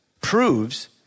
proves